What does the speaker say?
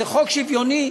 זה חוק שוויוני,